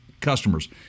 customers